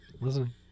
listen